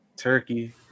turkey